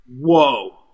Whoa